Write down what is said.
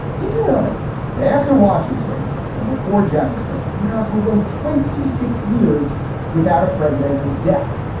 did you know that after washington and before jefferson, america went twenty six years without a presidential death?